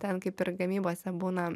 ten kaip ir gamybose būna